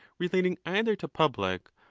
relating either to public,